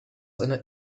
einer